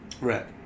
Right